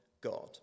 God